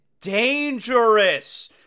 dangerous